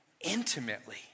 intimately